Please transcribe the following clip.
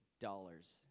dollars